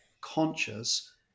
conscious